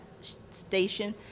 station